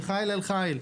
מחיל אל חיל.